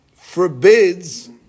forbids